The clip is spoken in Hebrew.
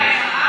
בינתיים,